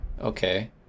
Okay